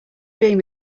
dream